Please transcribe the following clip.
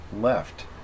left